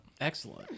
excellent